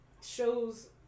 shows